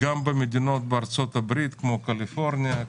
אלא גם במדינות בארצות הברית כמו קליפורניה,